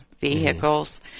vehicles